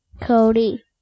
Cody